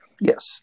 Yes